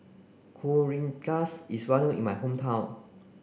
Kuih Rengas is well known in my hometown